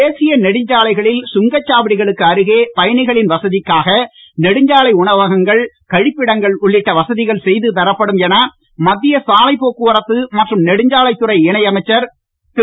தேசிய நெடுஞ்சாலைகளில் சுங்கச்சாவடிகளுக்கு அருகே பயணிகளின் வசதிக்காக நெடுஞ்சாலை உணவகங்கள் கழிப்பிடங்கள் உள்ளிட்ட வசதிகள் செய்து தரப்படும் என மத்திய சாலை போக்குவரத்து மற்றும் நெடுஞ்சாலைத் துறை இணை அமைச்சர் திரு